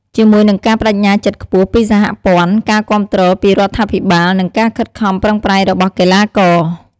ជាមួយនឹងការប្ដេជ្ញាចិត្តខ្ពស់ពីសហព័ន្ធ ការគាំទ្រពីរដ្ឋាភិបាល និងការខិតខំប្រឹងប្រែងរបស់កីឡាករ។